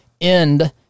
end